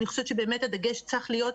אני חושבת שבאמת הדגש צריך להיות,